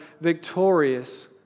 victorious